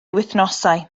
wythnosau